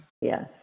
yes